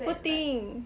poor thing